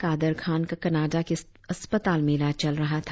कादर खान का कनाडा के अस्पताल में इलाज चल रहा था